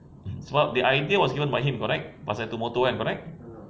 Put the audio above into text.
sebab the idea was given by him correct pasal itu motor correct